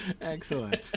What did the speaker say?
Excellent